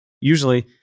usually